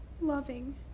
loving